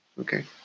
Okay